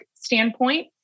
standpoint